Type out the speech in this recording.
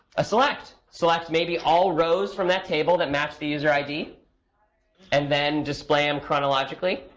a select select maybe all rows from that table that match the user id and then display them chronologically,